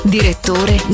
Direttore